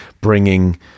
bringing